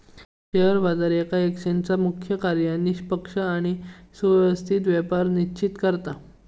share बाजार येका एक्सचेंजचा मुख्य कार्य निष्पक्ष आणि सुव्यवस्थित व्यापार सुनिश्चित करता